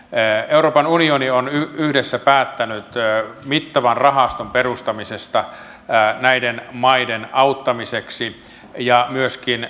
euroopan unioni on yhdessä päättänyt mittavan rahaston perustamisesta näiden maiden auttamiseksi ja myöskin